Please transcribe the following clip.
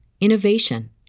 innovation